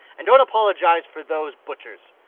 and don't apologise for those butchers!